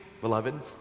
beloved